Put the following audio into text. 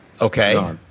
Okay